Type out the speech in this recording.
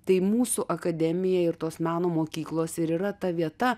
tai mūsų akademija ir tos meno mokyklos ir yra ta vieta